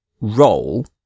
roll